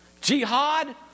Jihad